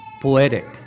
poetic